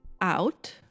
out